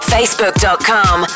Facebook.com